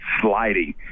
sliding